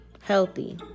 healthy